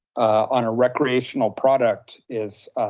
on a recreational product, is,